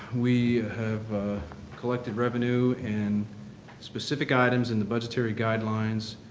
we have collected revenue and specific items in the budgetary guidelines,